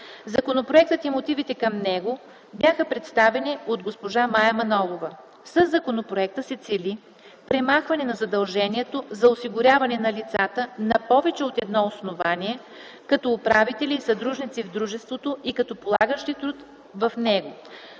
Законопроектът и мотивите към него бяха представени от госпожа Мая Манолова. Със законопроекта се цели премахване на задължението за осигуряване на лицата на повече от едно основание, като управители и съдружници в дружеството и като полагащи труд в него,